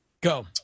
Go